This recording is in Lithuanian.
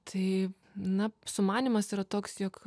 tai na sumanymas yra toks jog